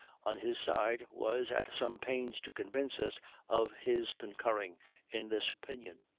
on his side, was at some pains to convince us of his concurring in this opinion,